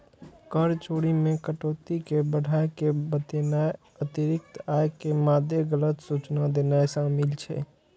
कर चोरी मे कटौती कें बढ़ाय के बतेनाय, अतिरिक्त आय के मादे गलत सूचना देनाय शामिल छै